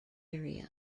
area